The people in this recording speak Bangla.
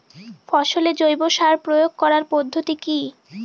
ফসলে জৈব সার প্রয়োগ করার পদ্ধতি কি?